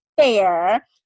fair